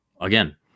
again